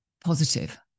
positive